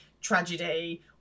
tragedy